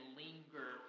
linger